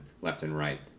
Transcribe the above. left-and-right